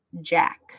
Jack